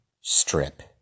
strip